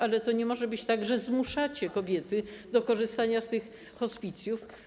Ale to nie może być tak, że zmuszacie kobiety do korzystania z tych hospicjów.